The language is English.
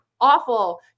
awful